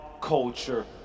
Culture